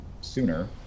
sooner